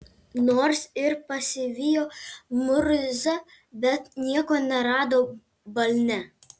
nors ir pasivijo murzą bet nieko nerado balne